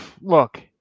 look